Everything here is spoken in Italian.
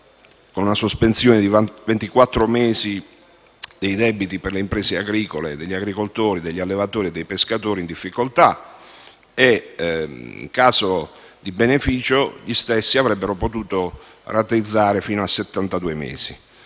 con una sospensione di ventiquattro mesi dei debiti delle imprese agricole, degli agricoltori, degli allevatori e dei pescatori in difficoltà. In caso di beneficio, gli stessi avrebbero potuto rateizzare i debiti